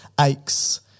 aches